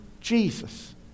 Jesus